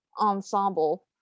ensemble